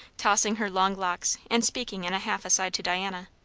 tossing her long locks and speaking in a half aside to diana.